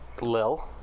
lil